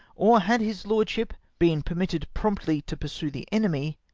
or had his lordship been permitted promptly to pursue the enemy,